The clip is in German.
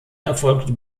erfolgt